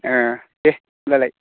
अ दे होमबालाय